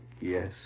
Yes